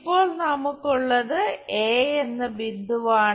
ഇപ്പോൾ നമുക്കുള്ളത് എ എന്ന ബിന്ദുവാണ്